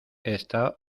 está